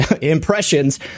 impressions